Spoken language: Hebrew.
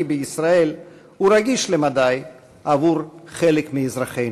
בישראל הוא רגיש למדי עבור חלק מאזרחינו.